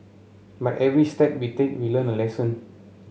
but every step we take we learn a lesson